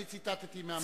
אני ציטטתי מהמקורות.